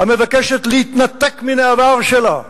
המבקשת להתנתק מן העבר שלה,